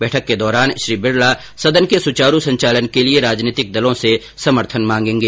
बैठक के दौरान श्री बिरला सदन के सुचारू संचालन के लिए राजनीतिक दलों से समर्थन मांगेंगे